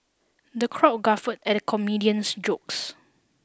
the crowd guffawed at the comedian's jokes